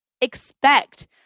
expect